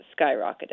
skyrocketed